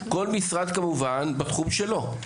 כל משרד כמובן בתחום שלו.